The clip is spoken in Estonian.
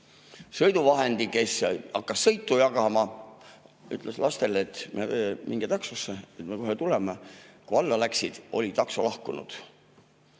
platvormisõiduvahendi, kes hakkas sõitu jagama. Ta ütles lastele, et minge taksosse, me kohe tuleme. Kui nad alla läksid, oli takso lahkunud.